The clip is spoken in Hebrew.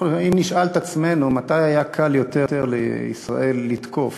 אם נשאל את עצמנו מתי היה קל יותר לישראל לתקוף,